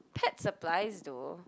pet supplies though